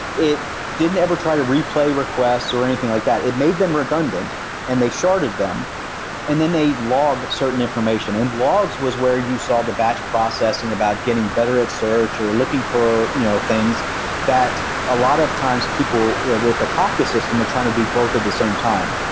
it didn't ever try to replay requests or anything like that. it made them redundant and they sharded them and then they logged certain information, and logs was where you saw the batch processing about getting better at search, or looking for you know things that a lot of times people with a kafka system are trying to do both at the same time